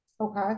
Okay